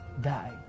die